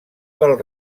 pèl